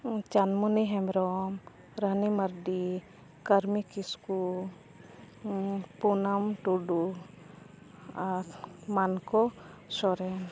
ᱪᱟᱸᱫᱽᱢᱩᱱᱤ ᱦᱮᱢᱵᱨᱚᱢ ᱨᱟᱱᱤ ᱢᱟᱨᱰᱤ ᱠᱟᱹᱨᱢᱤ ᱠᱤᱥᱠᱩ ᱯᱩᱱᱚᱢ ᱴᱩᱰᱩ ᱟᱨ ᱢᱟᱱᱠᱚ ᱥᱚᱨᱮᱱ